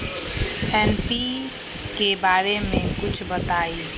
NPK बारे म कुछ बताई?